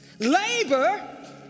Labor